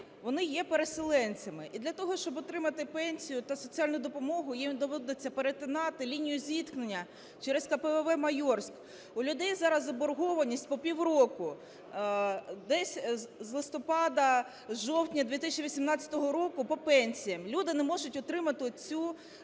вони є переселенцями. І для того, щоб отримати пенсію та соціальну допомогу, їм доведеться перетинати лінію зіткнення через КПВВ "Майорське". У людей зараз заборгованість по півроку, десь з листопада-жовтня 2018 року, по пенсіях. Люди не можуть отримати цю